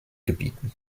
gebieten